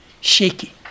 shaky